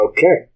Okay